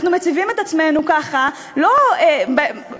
אנחנו מציבים את עצמנו ככה לא אחורנית,